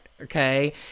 okay